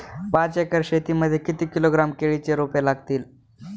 पाच एकर शेती मध्ये किती किलोग्रॅम केळीची रोपे लागतील?